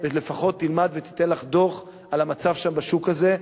ולפחות תלמד ותיתן לך דוח על המצב שם בשוק הזה,